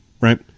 Right